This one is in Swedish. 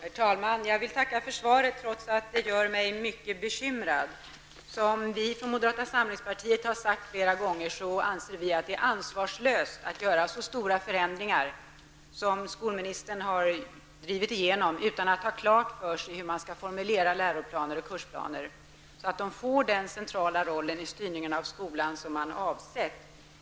Herr talman! Jag vill tacka för svaret trots att det gör mig mycket bekymrad. Som vi från moderata samlingspartiet har sagt flera gånger anser vi att det är ansvarslöst att göra så stora förändringar som skolministern har drivit igenom, utan att ha klart för sig hur man skall formulera läroplaner och kursplaner så att de får den centrala roll i styrningen av skolan som man har avsett.